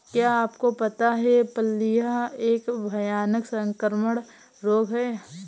क्या आपको पता है प्लीहा एक भयानक संक्रामक रोग है?